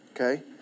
Okay